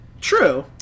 True